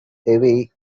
away